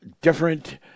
different